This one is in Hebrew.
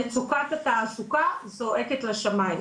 מצוקת התעסוקה זועקת לשמים.